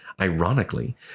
ironically